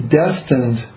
destined